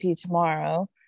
tomorrow